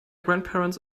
grandparents